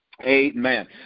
Amen